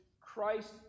christ